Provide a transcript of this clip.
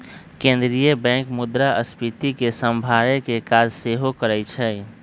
केंद्रीय बैंक मुद्रास्फीति के सम्हारे के काज सेहो करइ छइ